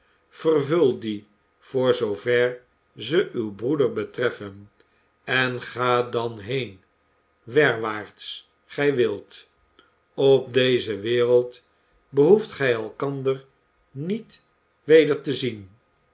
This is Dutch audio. vervul die voor zoover ze uw broeder betreffen en ga dan heen werwaarts gij wilt op deze wereld behoeft gij elkander niet weder te zien